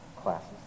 classes